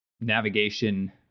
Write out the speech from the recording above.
navigation